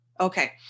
Okay